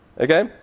Okay